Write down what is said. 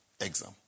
exam